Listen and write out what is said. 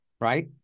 Right